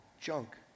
junk